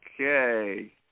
okay